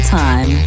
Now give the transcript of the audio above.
time